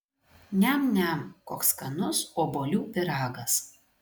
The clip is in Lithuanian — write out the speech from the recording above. niam niam koks skanus obuolių pyragas